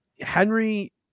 Henry